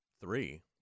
three